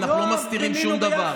אנחנו לא מסתירים שום דבר.